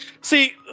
See